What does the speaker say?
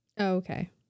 Okay